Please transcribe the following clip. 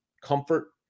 comfort